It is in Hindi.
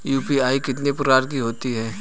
यू.पी.आई कितने प्रकार की होती हैं?